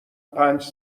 پنج